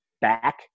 back